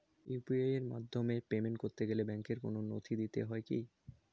UPI এর মাধ্যমে payment করতে গেলে ব্যাংকের কোন নথি দিতে হয় কি?